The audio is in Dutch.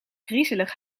griezelig